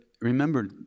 remember